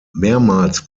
mehrmals